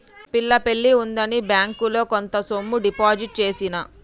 పిల్ల పెళ్లి ఉందని బ్యేంకిలో కొంత సొమ్ము డిపాజిట్ చేసిన